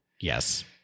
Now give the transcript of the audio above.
Yes